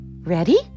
Ready